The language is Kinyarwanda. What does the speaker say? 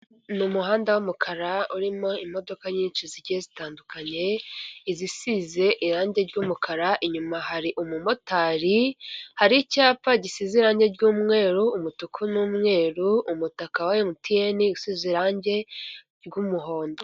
N'umuhanda w'umukara urimo imodoka nyinshi zike zitandukanye izisize irangi ry'umukara inyuma hari umumotari hari icyapa gisize irange ry'umutuku n'umweru umutaka wa emutiyeni usize irangi ry'umuhondo.